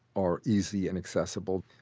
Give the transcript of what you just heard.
are easy and accessible.